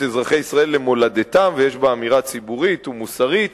אזרחי ישראל למולדתם ויש בה אמירה ציבורית ומוסרית.